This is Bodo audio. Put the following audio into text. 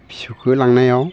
फिसौखो लांनायाव